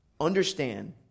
Understand